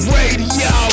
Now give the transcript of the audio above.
Radio